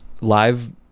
live